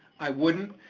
i wouldn't.